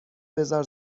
بزار